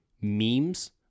memes